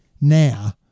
now